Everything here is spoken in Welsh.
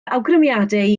awgrymiadau